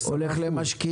הוא הולך למשקיעים.